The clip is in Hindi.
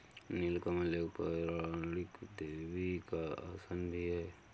नील कमल एक पौराणिक देवी का आसन भी है